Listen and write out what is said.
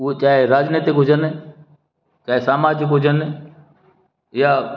उहे चाहे राजनीतिक हुजनि चाहे सामाजिक हुजनि या